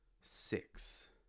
six